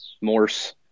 Morse